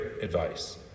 advice